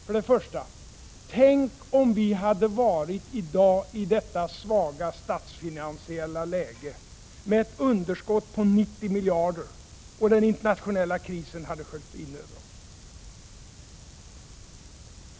För det första: Tänk om vi i dag hade varit i detta svaga statsfinansiella läge med ett underskott på 90 miljarder och den internationella krisen hade sköljt in över oss!